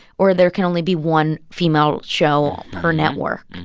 or there can only be one female show per network